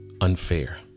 unfair